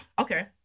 Okay